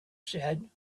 said